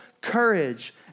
courage